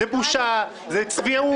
זו בושה, זו צביעות.